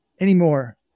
anymore